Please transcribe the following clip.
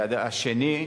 דבר שני,